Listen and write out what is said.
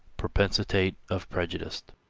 propensitate of prejudice.